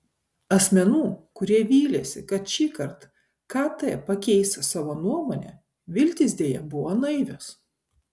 asmenų kurie vylėsi kad šįkart kt pakeis savo nuomonę viltys deja buvo naivios